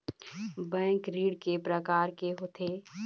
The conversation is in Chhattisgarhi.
बैंक ऋण के प्रकार के होथे?